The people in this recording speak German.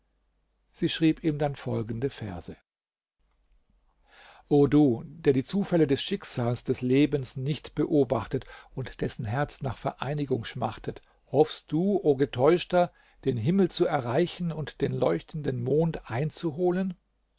sie schrieb ihm dann folgende verse o du der die zufälle des schicksals des lebens nicht beobachtet und dessen herz nach vereinigung schmachtet hoffst du o getäuschter den himmel zu erreichen und den leuchtenden mond einzuholen